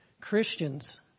Christians